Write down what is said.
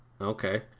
Okay